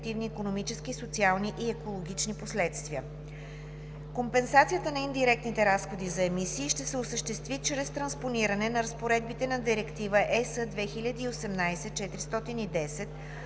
икономически, социални и екологични последствия. Компенсацията на индиректните разходи за емисии ще се осъществи чрез транспониране на разпоредбите на Директива (ЕС) 2018/410